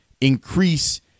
increase